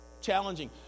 challenging